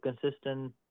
consistent